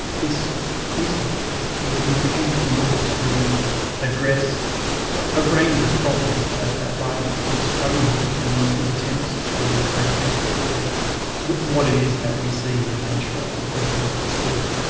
this concept was was introduced in order to address a range of problems that that leibnitz was struggling with in his attempts to account for what it is that we see the nature of the world as we see it.